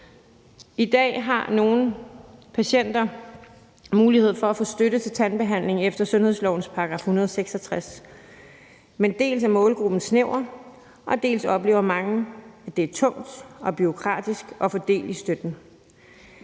I dag har nogle patienter mulighed for at få støtte til tandbehandling efter sundhedslovens § 166, men dels er målgruppen snæver, dels oplever mange, at det er tungt og bureaukratisk at få del i støtten.